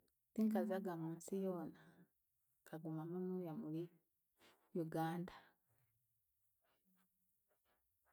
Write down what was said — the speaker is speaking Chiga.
Tinkazaga munsi yoona, nkaguma munuuya muri Uganda.